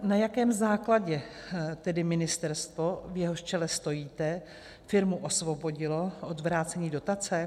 Na jakém základě tedy ministerstvo, v jehož čele stojíte, firmu osvobodilo od vrácení dotace?